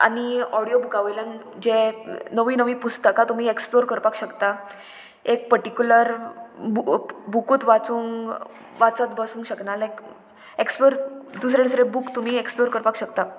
आनी ऑडियो बुका वयल्यान जे नवीं नवीं पुस्तकां तुमी एक्सप्लोर करपाक शकता एक पर्टिकुलर बुकूत वाचूंक वाचत बसूंक शकना लायक एक्सप्लोर दुसरें दुसरें बूक तुमी एक्सप्लोर करपाक शकता